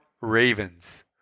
Ravens